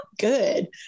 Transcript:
good